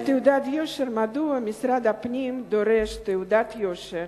תעודת יושר, מדוע משרד הפנים דורש תעודת יושר